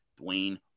Dwayne